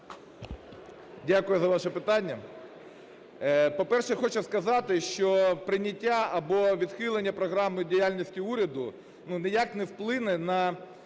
Дякую за ваше питання. По-перше, хочу сказати, що прийняття або відхилення програми діяльності уряду ніяк не вплине на